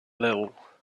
little